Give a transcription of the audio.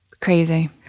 Crazy